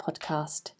Podcast